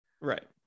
right